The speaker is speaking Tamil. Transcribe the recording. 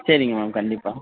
சரிங்க மேம் கண்டிப்பாக